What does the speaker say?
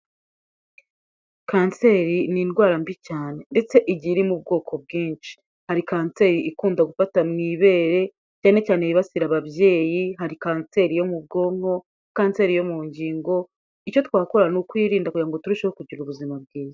Kanseri ni indwara mbi cyane ndetse igiye iri mu bwoko bwinshi, hari kanseri ikunda gufata mu ibere, cyane cyane yibasira ababyeyi, hari kanseri yo mu bwonko, kanseri yo mu ngingo, icyo twakora ni ukuyirinda kugira ngo turusheho kugira ubuzima bwiza.